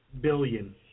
billion